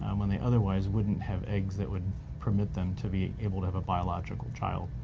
um when they otherwise wouldn't have eggs that would permit them to be able to have a biological child.